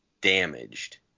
damaged